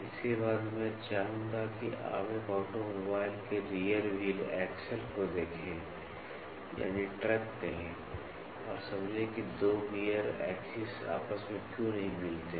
इसके बाद मैं चाहूंगा कि आप एक ऑटोमोबाइल के रियर व्हील एक्सल को देखें यानि ट्रक कहें और समझें कि दो गियर एक्सिस आपस में क्यों नहीं मिलते हैं